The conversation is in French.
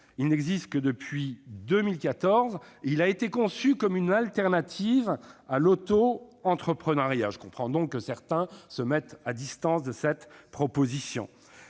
il n'existe que depuis 2014. Il a été conçu comme une alternative à l'auto-entrepreneuriat. Je comprends donc que certains prennent leurs distances à l'égard de cette proposition.